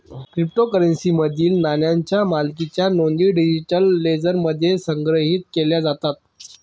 क्रिप्टोकरन्सीमधील नाण्यांच्या मालकीच्या नोंदी डिजिटल लेजरमध्ये संग्रहित केल्या जातात